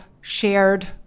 shared